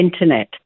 Internet